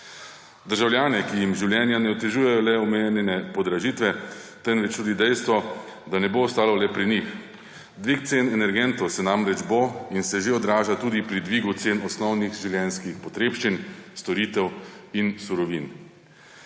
Državljane, ki jim življenja ne otežujejo le omenjene podražitve, temveč tudi dejstvo, da ne bo ostalo le pri njih. Dvig cen energentov se namreč bo in se že odraža tudi pri dvigu cen osnovnih življenjskih potrebščin, storitev in surovin.